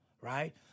right